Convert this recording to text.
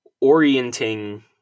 orienting